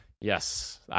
Yes